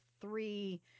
three